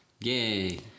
Yay